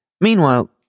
Meanwhile